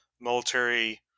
military